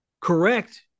correct